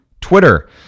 Twitter